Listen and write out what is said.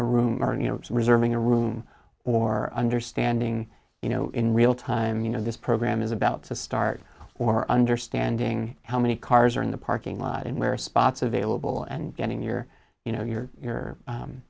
know reserving a room or understanding you know in real time you know this program is about to start or understanding how many cars are in the parking lot and wear spots available and getting your you know your you